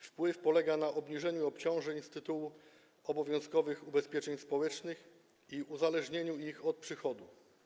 Jego wpływ polega na obniżeniu obciążeń z tytułu obowiązkowych ubezpieczeń społecznych i uzależnieniu ich od przychodu.